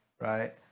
right